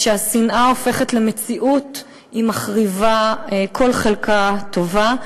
כשהשנאה הופכת למציאות היא מחריבה כל חלקה טובה.